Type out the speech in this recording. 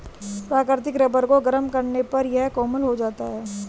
प्राकृतिक रबर को गरम करने पर यह कोमल हो जाता है